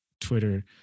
Twitter